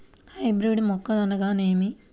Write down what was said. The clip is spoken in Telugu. హైబ్రిడ్ మొక్కలు అనగానేమి?